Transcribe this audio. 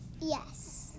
Yes